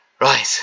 Right